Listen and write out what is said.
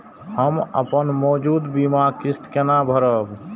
हम अपन मौजूद बीमा किस्त केना भरब?